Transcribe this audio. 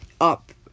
up